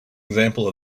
example